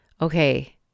okay